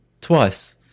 twice